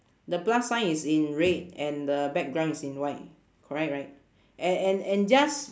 the plus sign is in red and the background is in white correct right and and and just